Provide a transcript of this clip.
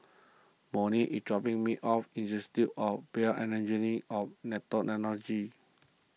Monnie is dropping me off Institute of BioEngineering of Nanotechnology